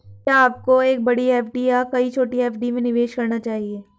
क्या आपको एक बड़ी एफ.डी या कई छोटी एफ.डी में निवेश करना चाहिए?